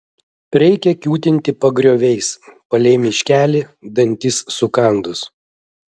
reikia kiūtinti pagrioviais palei miškelį dantis sukandus